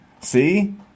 see